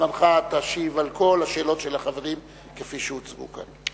בזמנך תשיב על כל השאלות של החברים כפי שהוצגו כאן.